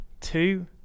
two